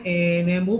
עליהם.